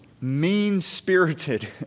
mean-spirited